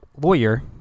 lawyer